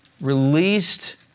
released